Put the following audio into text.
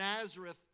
Nazareth